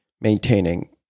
maintaining